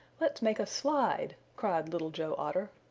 let's make a slide, cried little joe otter.